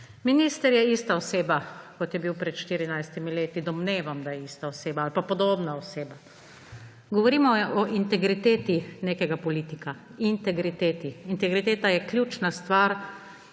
Minister je ista oseba, kot je bil pred 14 leti. Domnevam, da je ista oseba ali pa podobna oseba. Govorimo o integriteti nekega politika. Integriteti. Integriteta je ključna stvar,